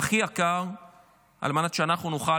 הכי יקר על מנת שאנחנו נוכל,